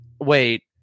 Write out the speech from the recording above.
wait